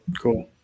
cool